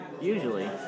Usually